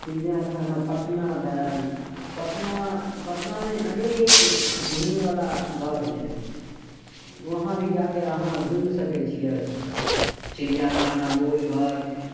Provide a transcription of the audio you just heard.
चिड़ियाखाना पटना भेल पटना पटनामे अनेक घूमयवला घर छै वहाँ भी जाके अहाँ घूमि सकय छियै चिड़ियाखाना गोलघर